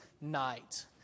night